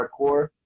hardcore